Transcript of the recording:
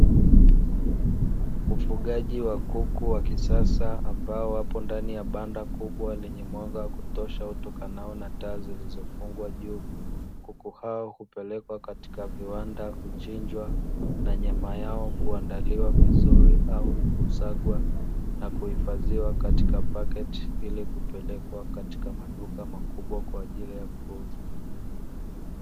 Ufugaji wa kuku wa kisasa ambao wapo ndani ya banda kubwa lenye mwanga wa kutosha utokao na taa zilizofungwa juu ,kuku hao hupelekwa katika viwanda kuchinjwa na nyama yao kuandaliwa vizuri au kusagwa na kuhifadhiwa katika paketi ili kupelekwa katika maduka makubwa kwa ajili ya kuuza.